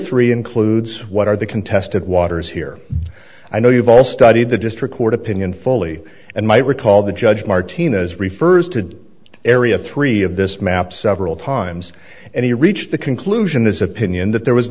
three includes what are the contested waters here i know you've all studied the district court opinion fully and might recall the judge martinez refers to area three of this map several times and he reached the conclusion his opinion that there was